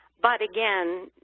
but again,